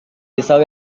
pisau